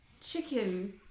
chicken